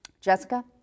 Jessica